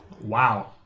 wow